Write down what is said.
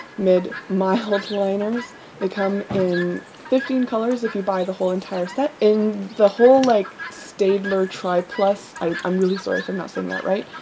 mild liners they come in fifteen colors if you buy the whole entire set. in the whole like, staedler triplus, i'm really sorry for messing that, right,